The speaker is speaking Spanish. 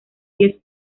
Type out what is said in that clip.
diez